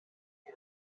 for